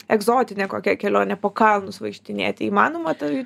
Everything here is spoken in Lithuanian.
egzotinė kokia kelionė po kalnus vaikštinėti įmanoma tai